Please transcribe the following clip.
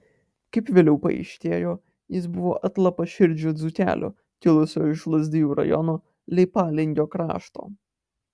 kaip vėliau paaiškėjo jis buvo atlapaširdžio dzūkelio kilusio iš lazdijų rajono leipalingio krašto